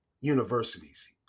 universities